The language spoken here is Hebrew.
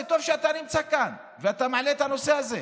זה טוב שאתה נמצא כאן ואתה מעלה את הנושא הזה.